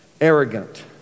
arrogant